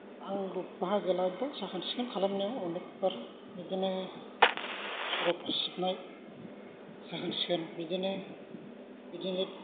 आं बाहागो लाबाय साखोन सिखोन खालामनायाव अनेकबार बिदिनो सरकफोर सिबनाय साखोन सिखोन बिदिनो बिदिनो